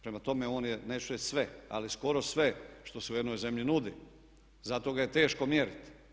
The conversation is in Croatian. Prema tome on je, neću reći sve, ali skoro sve što se u jednoj zemlji nudi zato ga je teško mjeriti.